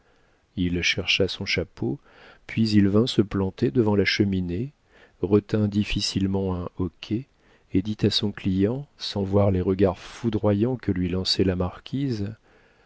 il chercha son chapeau puis il vint se planter devant la cheminée retint difficilement un hoquet et dit à son client sans voir les regards foudroyants que lui lançait la marquise